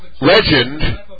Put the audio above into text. legend